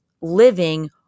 living